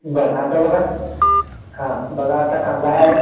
बरं आता बघा हां बघा आता कांदा आहे